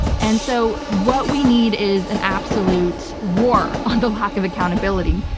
and so what we need is an absolute war on the lack of accountability.